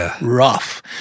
rough